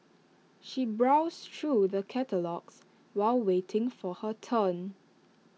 she browsed through the catalogues while waiting for her turn